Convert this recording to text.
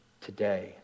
today